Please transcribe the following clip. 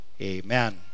Amen